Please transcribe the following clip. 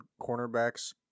cornerbacks